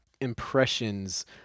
impressions